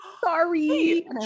sorry